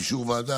באישור הוועדה,